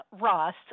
Ross